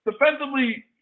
defensively